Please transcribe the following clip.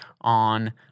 on